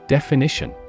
Definition